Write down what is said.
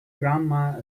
grandma